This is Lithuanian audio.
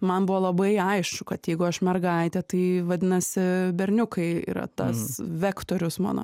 man buvo labai aišku kad jeigu aš mergaitė tai vadinasi berniukai yra tas vektorius mano